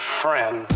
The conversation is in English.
friend